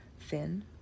Thin